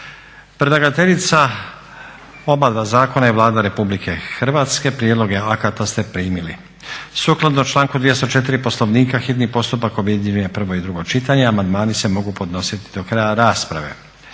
Predlagateljica oba dva zakona je Vlada Republike Hrvatske. Prijedloge akata ste primili. Sukladno članku 204. Poslovnika, hitni postupak objedinjuje prvo i drugo čitanje a amandmani se mogu podnositi do kraja rasprave.